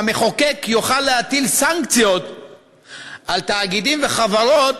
שהמחוקק יוכל להטיל סנקציות על תאגידים וחברות